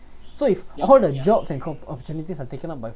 so if all the jobs and opp~ opportunities are taken up by